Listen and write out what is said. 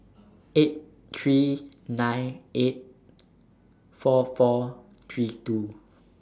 eight three nine eight four four three two